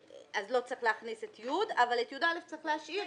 אז לא צריך להכניס את (י) אבל את (יא) צריך להשאיר.